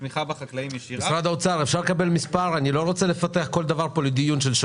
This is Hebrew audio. יש לכם איך לפקח על זה?